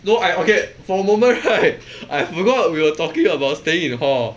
no I okay for a moment right I forgot we were talking about staying in hall